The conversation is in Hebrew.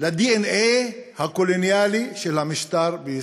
לדנ"א הקולוניאלי של המשטר בישראל.